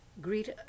Greet